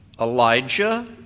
Elijah